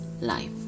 life